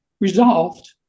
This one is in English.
resolved